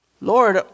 Lord